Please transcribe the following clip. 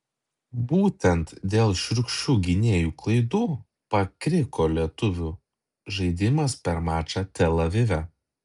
būtent dėl šiurkščių gynėjų klaidų pakriko lietuvių žaidimas per mačą tel avive